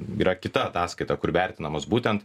yra kita ataskaita kur vertinamas būtent